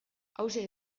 hauxe